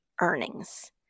earnings